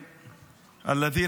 תרגומם.)